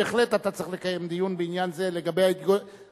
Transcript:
בהחלט אתה צריך לקיים דיון בעניין זה לגבי ההיגיון,